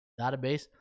database